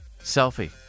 selfie